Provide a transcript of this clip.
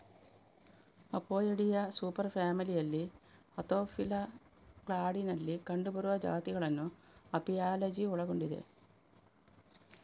Apoidea super ಫ್ಯಾಮಿಲಿಯಲ್ಲಿ ಆಂಥೋಫಿಲಾ ಕ್ಲಾಡಿನಲ್ಲಿ ಕಂಡುಬರುವ ಜಾತಿಗಳನ್ನು ಅಪಿಯಾಲಜಿ ಒಳಗೊಂಡಿದೆ